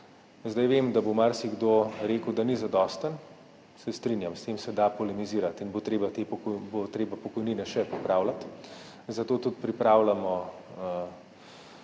Vem, da bo marsikdo rekel, da ni zadosten, se strinjam, o tem se da polemizirati in bo treba pokojnine še popravljati, zato tudi pripravljamo,